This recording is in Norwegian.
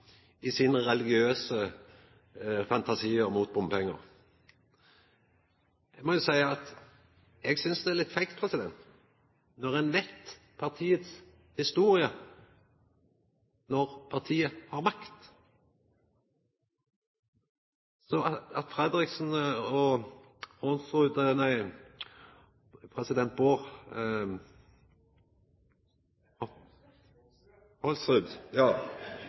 i sine religiøse fantasiar mot bompengar. Eg synest det er litt frekt, når ein veit partiets historie då partiet hadde makt, at Fredriksen og